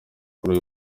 kuri